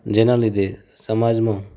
જેના લીધે સમાજમાં